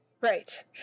Right